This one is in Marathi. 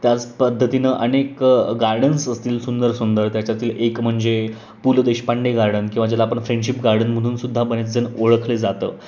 त्याच पद्धतीनं अनेक गार्डन्स असतील सुंदर सुंदर त्याच्यातील एक म्हणजे पु ल देशपांडे गार्डन किंवा ज्याला आपण फ्रेंडशिप गार्डन म्हणून सुद्धा बरेच जण ओळखले जातं